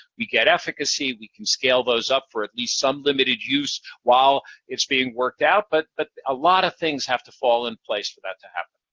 we get efficacy, we can scale those up for at least some limited use while it's being worked out. but but a lot of things have to fall in place for that to happen.